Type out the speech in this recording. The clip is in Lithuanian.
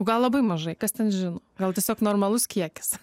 gal labai mažai kas ten žino gal tiesiog normalus kiekis